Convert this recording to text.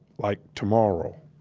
like tomorrow.